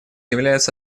является